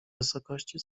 wysokości